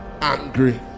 Angry